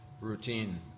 routine